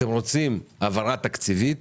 אתם רוצים העברה תקציבית